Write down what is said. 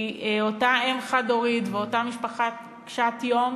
כי אותה אם חד-הורית ואותה משפחה קשת-יום